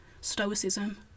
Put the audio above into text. stoicism